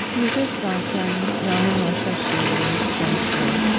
lucas johnson, rami nashashibi, thank you